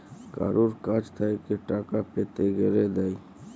কারুর কাছ থেক্যে টাকা পেতে গ্যালে দেয়